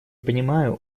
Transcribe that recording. понимаю